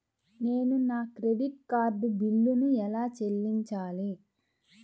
నేను నా credit card బిల్లును ఎలా చెల్లించాలీ?